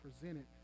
presented